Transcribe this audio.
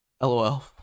LOL